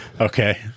Okay